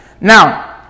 Now